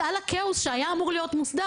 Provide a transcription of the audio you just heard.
אז על הכאוס שהיה אמור להיות מוסדר,